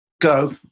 go